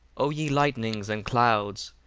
o ye lightnings and clouds,